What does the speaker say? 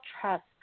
trust